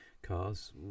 Cars